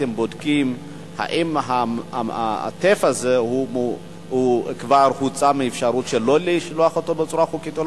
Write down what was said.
אתם בודקים אם הטף הזה הוצא כבר מהאיסור שלא לשלוח אותו בצורה חוקית?